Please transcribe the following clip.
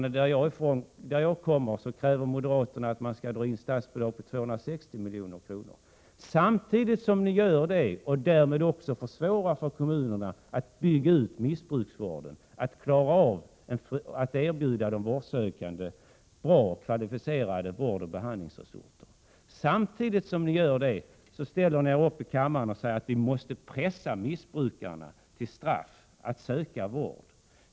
När det gäller min hemstad Malmö kräver moderaterna att statsbidrag om 260 milj.kr. skall dras in. Samtidigt som ni gör det och därmed också försvårar för kommunerna att bygga ut missbruksvården och att erbjuda de vårdbehövande goda och kvalificerade vårdoch behandlingsresurser, säger ni i kammaren att vi måste pressa missbrukarna att som straff söka vård.